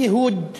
ייהוד המרחב,